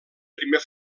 primer